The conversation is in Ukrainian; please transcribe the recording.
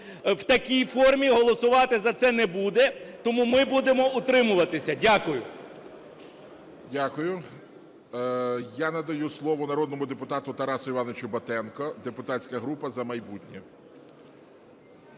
в такій формі голосувати за це не буде. Тому ми будемо утримуватися. Дякую. ГОЛОВУЮЧИЙ. Дякую. Я надаю слово народному депутату Тарасу Івановичу Батенку, депутатська група "За майбутнє".